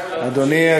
אדוני.